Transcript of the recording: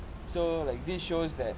so like this shows that